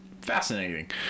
fascinating